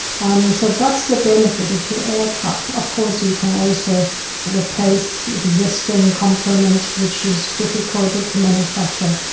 um so that's the benefit to aircraft. of course you can also replace existing components which is difficult to manufacture.